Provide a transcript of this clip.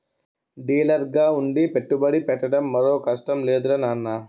డీలర్గా ఉండి పెట్టుబడి పెట్టడం మరో కష్టం లేదురా నాన్నా